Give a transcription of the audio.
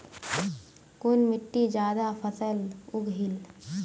कुन मिट्टी ज्यादा फसल उगहिल?